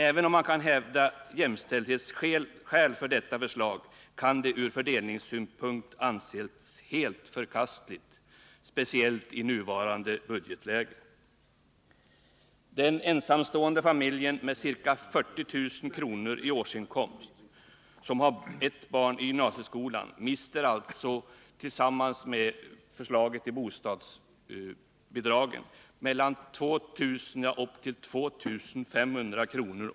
Även om man kan hävda jämställdhetsskäl för detta förslag, kan det ur fördelningssynpunkt anses helt förkastligt i nuvarande budgetläge. Den ensamstående familjen med ca 40 000 kr. i årsinkomst som har ett barn i gymnasieskolan mister alltså, tillsammans med vad som följer av förslaget om bostadsbidragen, upp till 2 500 kr.